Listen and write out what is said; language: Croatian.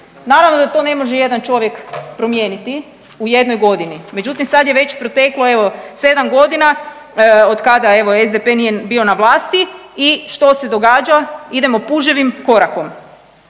Naravno da to ne može jedan čovjek promijeniti u jednoj godini, međutim sad je već proteklo evo 7.g. otkada evo SDP nije bio na vlasti i što se događa, idemo puževim korakom.